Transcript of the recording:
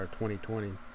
2020